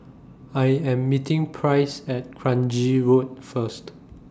I Am meeting Price At Kranji Road First